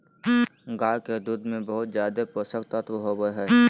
गाय के दूध में बहुत ज़्यादे पोषक तत्व होबई हई